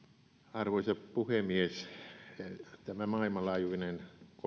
arvoisa puhemies tämä maailmanlaajuinen